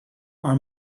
our